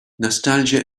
nostalgia